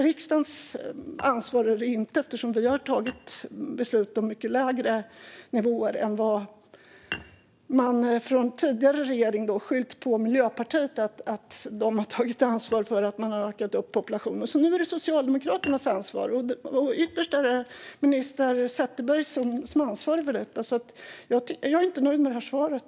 Riksdagens ansvar är det inte, eftersom vi har tagit beslut om mycket lägre nivåer än tidigare regering. Där skyllde man på Miljöpartiet och sa att det var deras ansvar att populationen hade ökats, men nu är det Socialdemokraternas ansvar. Ytterst är det minister Sätherberg som är ansvarig för detta. Jag är inte nöjd med det här svaret.